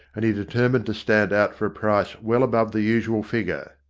and he determined to stand out for a price well above the usual figure.